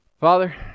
Father